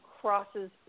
crosses